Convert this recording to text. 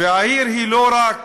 והעיר היא לא רק